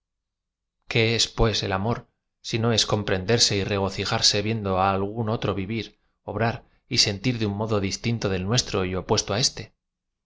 que es pues el amor si no es comprenderse y r e gocijarse viendo algún otro v iv ir obrar y sentir de un modo distinto del nuestro y opuesto éste